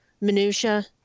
minutiae